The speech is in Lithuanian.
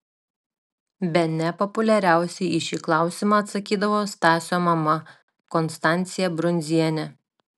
bene populiariausiai į šį klausimą atsakydavo stasio mama konstancija brundzienė